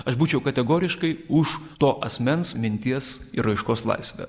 aš būčiau kategoriškai už to asmens minties ir raiškos laisvę